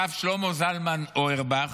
הרב שלמה זלמן אוירבך,